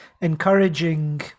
encouraging